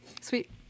Sweet